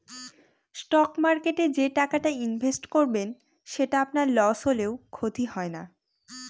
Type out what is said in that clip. stock মার্কেটে যে টাকাটা ইনভেস্ট করুন সেটা আপনার লস হলেও ক্ষতি হয় না